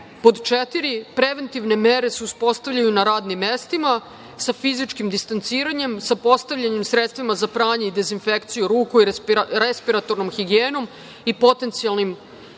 četiri, preventivne mere se uspostavljaju na radnim mestima sa fizičkim distanciranjem, sa postavljanjem sredstava za pranje i dezinfekciju ruku i respiratornom higijenom i potencijalnim termalnim